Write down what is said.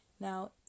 Now